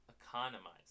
economize